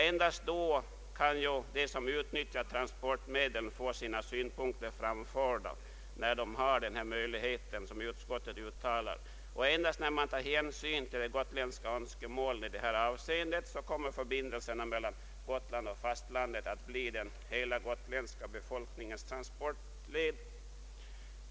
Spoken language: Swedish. En dast då kan de som utnyttjar transportmedlen få sina synpunkter framförda, och endast när man tar hänsyn till de gotländska önskemålen i detta avseende kommer förbindelsen mellan Gotland och fastlandet att bli hela den gotländska befolkningens transportled.